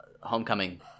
homecoming